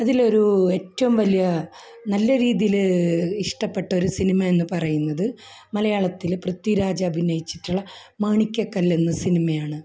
അതിൽ ഒരു ഏറ്റവും വലിയ നല്ല രീതിയിൽ ഇഷ്ടപ്പെട്ട സിനിമ എന്നു പറയുന്നത് മലയാളത്തിൽ പൃഥ്വിരാജ് അഭിനയിച്ചിട്ടുള്ള മാണിക്കക്കല്ല് എന്ന സിനിമയാണ്